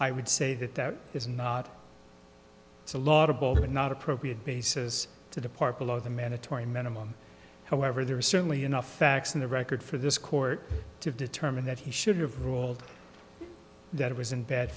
i would say that that is not a lot of ball but not appropriate basis to depart below the mandatory minimum however there are certainly enough facts in the record for this court to determine that he should have ruled that it was in bad